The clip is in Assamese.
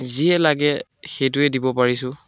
যিয়েই লাগে সেইটোৱেই দিব পাৰিছোঁ